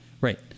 right